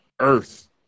earth